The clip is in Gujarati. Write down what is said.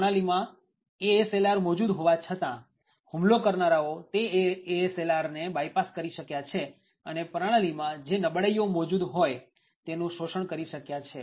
પ્રણાલી માં ASLR મોજુદ હોવા છતાં હુમલો કરનારાઓ તે ASLRને બાયપાસ કરી શક્યા છે અને પ્રણાલીમાં જે નબળાઈઓ મોજુદ હોય તેનું શોષણ કરી શક્યા છે